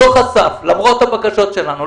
לא חשף למרות הבקשות שלנו.